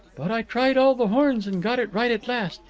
but i tried all the horns and got it right at last.